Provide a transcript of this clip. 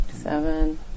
Seven